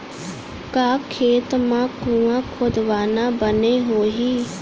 का खेत मा कुंआ खोदवाना बने होही?